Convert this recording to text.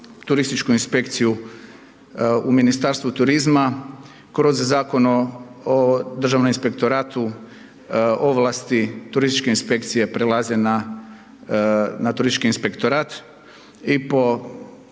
turističku inspekciju u Ministarstvu turizma kroz Zakon o Državnom inspektoratu, ovlasti turističke inspekcije prelaze na turistički inspektorat i po